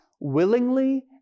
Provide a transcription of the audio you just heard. willingly